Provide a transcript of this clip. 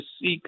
seek